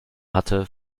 hatte